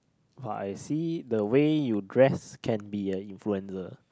but I see the way you dressed can be a influencer